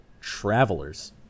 Travelers